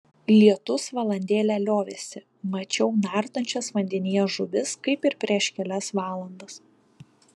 lietus valandėlę liovėsi mačiau nardančias vandenyje žuvis kaip ir prieš kelias valandas